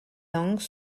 langues